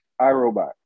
iRobot